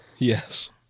Yes